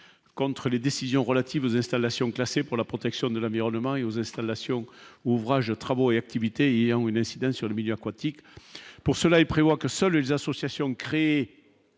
contre les décisions relatives aux installations classées pour la protection de l'environnement et aux installations. Ouvrage de travaux et activités et ont une incidence sur le milieu aquatique pour cela, il prévoit que seules les associations créées